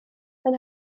dann